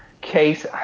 case –